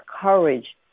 courage